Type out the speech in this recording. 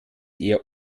eher